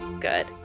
good